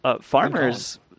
Farmers